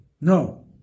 No